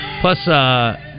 Plus